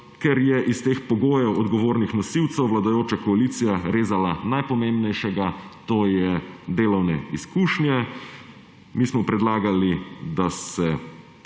kjer je iz teh pogojev odgovornih nosilcev vladajoča koalicija rezala najpomembnejšega, to so delovne izkušnje. Mi smo predlagali, da se